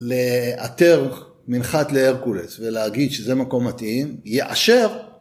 ‫לאתר מנחת להרקולס ‫ולהגיד שזה מקום מתאים, יאשר.